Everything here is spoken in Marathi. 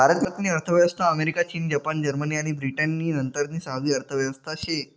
भारत नी अर्थव्यवस्था अमेरिका, चीन, जपान, जर्मनी आणि ब्रिटन नंतरनी सहावी अर्थव्यवस्था शे